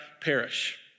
perish